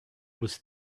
was